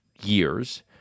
years